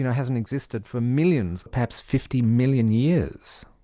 you know hasn't existed for millions, perhaps fifty million years.